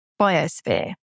biosphere